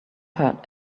hurt